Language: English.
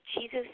Jesus